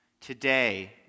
today